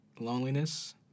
Loneliness